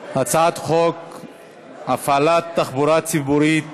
הצעת חוק הפעלת תחבורה ציבורית